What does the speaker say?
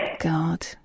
God